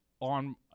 on